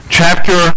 chapter